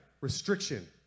Restriction